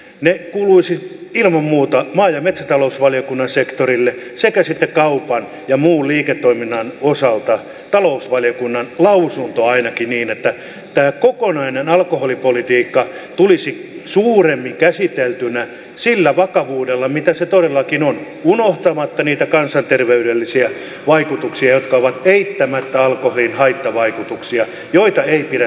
ne kuuluisivat ilman muuta maa ja metsätalousvaliokunnan sektorille sekä sitten kaupan ja muun liiketoiminnan osalta olisi ainakin talousvaliokunnan lausunto niin että tämä kokonainen alkoholipolitiikka tulisi suuremmin käsiteltyä sillä vakavuudella mitä se todellakin on unohtamatta niitä kansanterveydellisiä vaikutuksia jotka ovat eittämättä alkoholin haittavaikutuksia joita ei pidä millään tavoin sivuuttaa